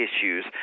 issues